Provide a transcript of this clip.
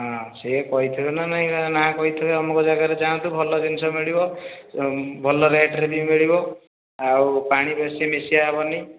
ହଁ ସିଏ କହିଥିବେ ନା ନାହିଁ ନା କହିଥିବେ ଅମକ ଜାଗାରେ ଯାଆନ୍ତୁ ଭଲ ଜିନିଷ ମିଳିବ ଭଲ ରେଟ୍ ରେ ବି ମିଳିବ ଆଉ ପାଣି ବେଶୀ ମିଶା ହେବନି